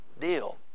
deal